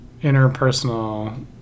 Interpersonal